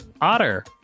Otter